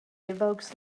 evokes